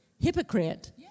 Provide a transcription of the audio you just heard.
hypocrite